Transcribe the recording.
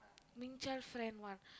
Ming Qiao friend one